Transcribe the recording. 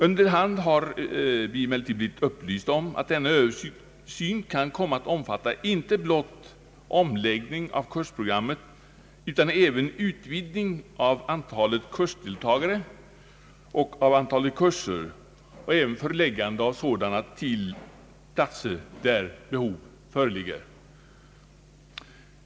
Under hand har vi emellertid blivit upplysta om att denna översyn kan komma att omfatta inte blott omläggning av kursprogrammet utan även utvidgning av antalet kursdeliagare och av antalet kurser samt frågan om förläggande av kurser till platser där behov föreligger av sådana kurser.